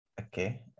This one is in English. Okay